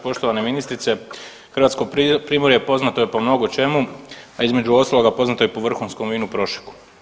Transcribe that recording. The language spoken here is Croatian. Poštovana ministrice, hrvatsko primorje poznato je po mnogo čemu, a između ostaloga poznato je po vrhunskom vinu prošeku.